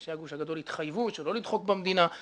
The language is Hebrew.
אנשי הגוש הגדול התחייבו שלא לדחוק במדינה.